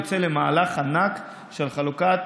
יוצא למהלך ענק של חלוקת